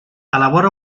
elabora